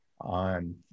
on